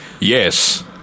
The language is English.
Yes